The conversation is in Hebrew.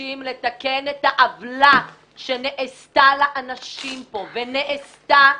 מבקשים לתקן את העוולה שנעשתה לאנשים פה, ונעשתה.